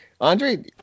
Andre